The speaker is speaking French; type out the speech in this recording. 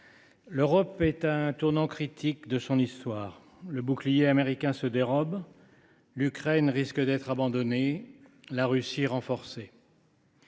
l’Europe est à un tournant critique de son histoire. Le bouclier américain se dérobe, l’Ukraine risque d’être abandonnée et la Russie renforcée.